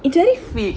actually fit